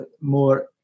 more